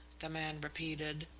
the man repeated.